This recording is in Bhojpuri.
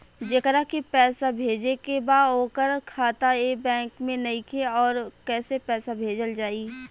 जेकरा के पैसा भेजे के बा ओकर खाता ए बैंक मे नईखे और कैसे पैसा भेजल जायी?